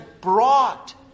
brought